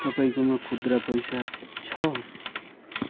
तपाईँकोमा खुद्रा पैसा छ